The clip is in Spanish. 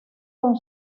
con